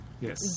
Yes